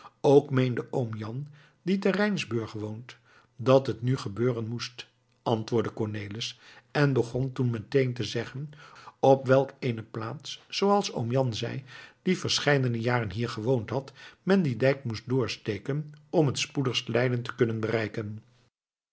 ook meende oom jan die te rijnsburg woont dat het nu gebeuren moest antwoordde cornelis en begon toen meteen te zeggen op welk eene plaats zooals oom jan zei die verscheidene jaren hier gewoond had men dien dijk moest doorsteken om het spoedigst leiden te kunnen bereiken